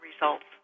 results